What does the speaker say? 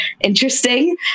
interesting